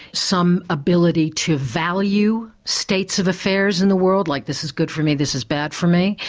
some ability to value states of affairs in the world like this is good for me, this is bad for me.